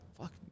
fuck